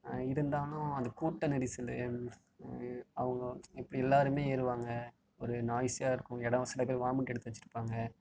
இருந்தாலும் அந்த கூட்ட நெரிசல் அவங்க இப்படி எல்லாருமே ஏறுவாங்க ஒரு நாய்ஸியாக இருக்கும் இடம் சில பேர் வாமிட் எடுத்து வச்சுருப்பாங்க